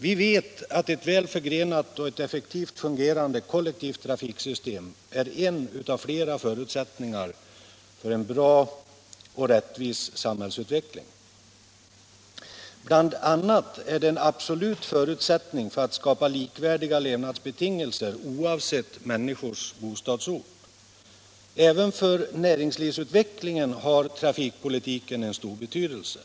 Vi vet att ett väl förgrenat och effektivt funge = Nr 46 rande kollektivtrafiksystem är en av flera förutsättningar för en bra och Onsdagen den rättvis samhällsutveckling. Bl. a. är det en absolut förutsättning för att 15 december 1976 skapa likvärdiga levnadsbetingelser oavsett människors bostadsort. Aven för näringslivsutvecklingen har trafikpolitiken en stor betydelse.